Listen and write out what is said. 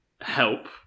help